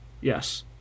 Yes